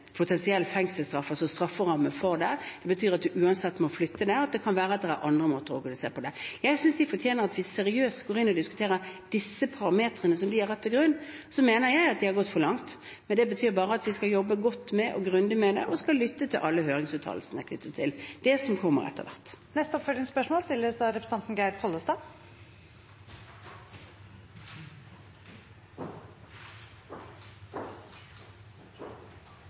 potensiell fengselsstraff – altså strafferamme. Det betyr at man uansett må flytte dem, og at det kan være andre måter å organisere det på. Jeg synes de fortjener at vi seriøst går inn og diskuterer disse parameterne som de har lagt til grunn. Så mener jeg at de har gått for langt. Det betyr bare at vi skal jobbe godt og grundig med det og lytte til alle høringsuttalelsene knyttet til det som kommer etter hvert. Geir Pollestad – til oppfølgingsspørsmål.